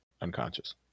unconscious